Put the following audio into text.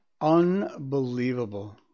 Unbelievable